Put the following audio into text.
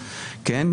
כן,